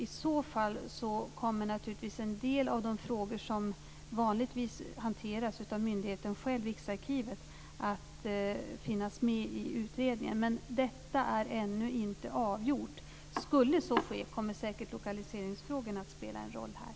I så fall kommer naturligtvis en del av de frågor som vanligtvis hanteras av myndigheten själv, Riksarkivet, att finnas med i utredningen. Men detta är ännu inte avgjort. Skulle så ske, kommer säkert lokaliseringsfrågorna att spela en roll här.